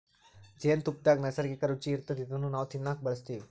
ಜೇನ್ತುಪ್ಪದಾಗ್ ನೈಸರ್ಗಿಕ್ಕ್ ರುಚಿ ಇರ್ತದ್ ಇದನ್ನ್ ನಾವ್ ತಿನ್ನಕ್ ಬಳಸ್ತಿವ್